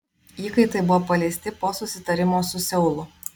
įkaitai buvo paleisti po susitarimo su seulu